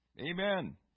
Amen